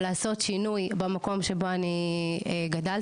לעשות שינוי במקום שבו אני גדלתי,